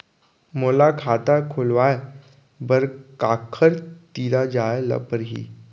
मोला खाता खोलवाय बर काखर तिरा जाय ल परही?